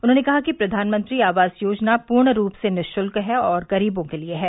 उन्होंने कहा कि प्रवानमंत्री आवास योजना पूर्ण रूप से निशुल्क है और गरीबों के लिए है